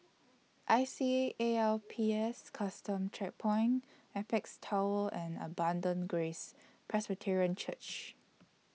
I C A A L P S Custom Checkpoint Apex Tower and Abundant Grace Presbyterian Church